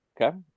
Okay